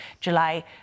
July